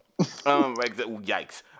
Yikes